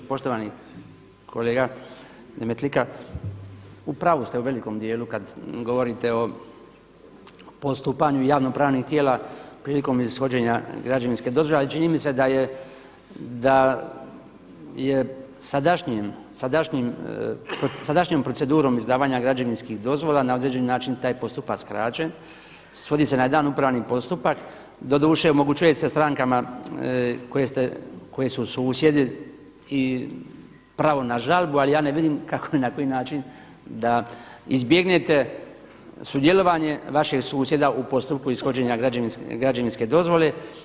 Poštovani kolega Demetlika, u pravu ste u velikom dijelu kad govorite o postupanju javno pravnih tijela prilikom ishođenja građevinske dozvole ali čini mi se da je pod sadašnjom procedurom izdavanja građevinskih dozvola na određeni način taj postupak skraćen, svodi se na jedan upravni postupak, doduše omogućuje se strankama koje su susjedi i pravo na žalbu ali ja ne vidimo kako i na koji način da izbjegnete sudjelovanje vašeg susjeda u postupku ishođenja građevinske dozvole.